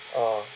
orh